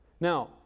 Now